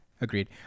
Agreed